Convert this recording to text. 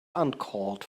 uncalled